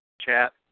chat